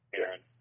Aaron